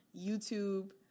YouTube